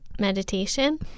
meditation